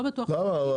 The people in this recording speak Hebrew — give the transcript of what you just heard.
לא בטוח --- למה?